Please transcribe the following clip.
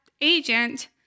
agent